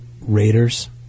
Raiders